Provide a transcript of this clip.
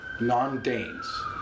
non-Danes